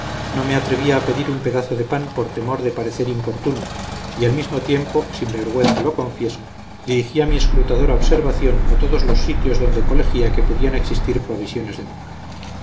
no me atrevía a pedir un pedazo de pan por temor de parecer importuno y al mismo tiempo sin vergüenza lo confieso dirigía mi escrutadora observación a todos los sitios donde colegía que podían existir provisiones de boca